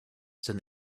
said